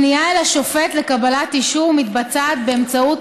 הפנייה אל השופט לקבלת אישור מתבצעת באמצעות